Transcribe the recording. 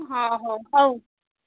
ହଁ ହ ହଉ